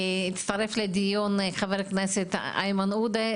הצטרף לדיון חבר הכנסת איימן עודה,